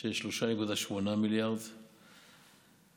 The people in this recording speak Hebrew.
של 3.8 מיליארד ש"ח,